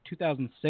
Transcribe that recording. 2006